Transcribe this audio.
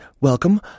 welcome